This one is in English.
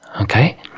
okay